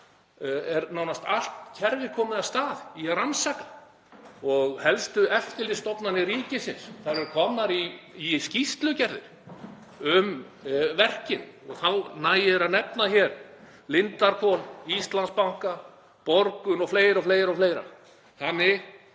er nánast allt kerfið komið af stað í að rannsaka það. Helstu eftirlitsstofnanir ríkisins eru nú komnar í skýrslugerðir um verkin. Þá nægir að nefna hér Lindarhvol, Íslandsbanka, Borgun og fleira og fleira.